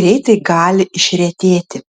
greitai gali išretėti